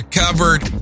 covered